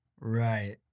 Right